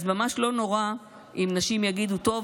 אז ממש לא נורא אם נשים יגידו: טוב,